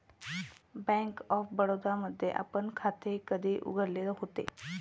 Bank of Baroda मध्ये आपण खाते कधी उघडले होते?